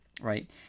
right